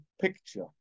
picture